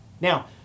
Now